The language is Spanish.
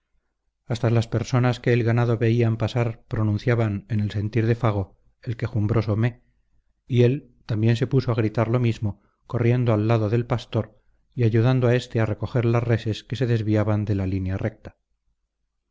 hasta las personas que el ganado veían pasar pronunciaban en el sentir de fago el quejumbroso mé y él también se puso a gritar lo mismo corriendo al lado del pastor y ayudando a éste a recoger las reses que se desviaban de la línea recta